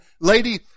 lady